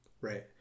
Right